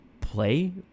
play